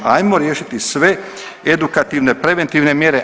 Hajmo riješiti sve edukativne, preventivne mjere.